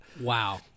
wow